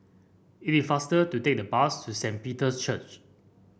it is faster to take the bus to Saint Peter's Church